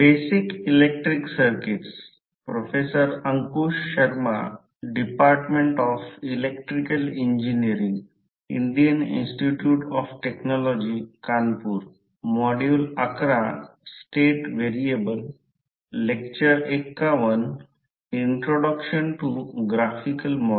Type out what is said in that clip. तर आतापर्यंत आपण DC सर्किट नंतर सिंगल फेज AC सर्किट्सचा अभ्यास केला आहे ज्याला आपण रेग्यूलन्स म्हणतो तसेच आपण पाहिलेला मॅक्सीमम पॉवर ट्रान्सफर थिओरी आणि थ्री फेज सर्किट्सचा देखील